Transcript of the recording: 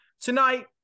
tonight